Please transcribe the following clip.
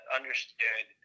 understood